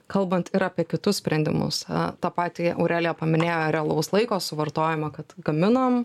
kalbant ir apie kitus sprendimus a tą patį aurelija paminėjo realaus laiko suvartojimą kad gaminam